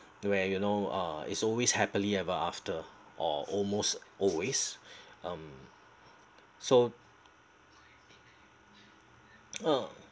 where where you know uh it's always happily ever after or almost always um so uh um